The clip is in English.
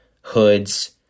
hoods